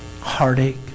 heartache